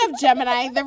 Gemini